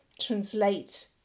translate